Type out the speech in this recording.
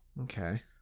Okay